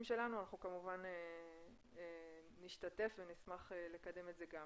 שלנו אנחנו כמובן נשתתף ונשמח לקדם את זה גם.